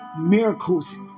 miracles